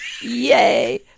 yay